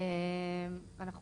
ואנחנו